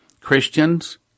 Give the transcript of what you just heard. Christians